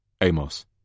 Amos